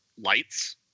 lights